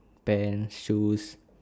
pants shoes